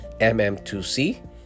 mm2c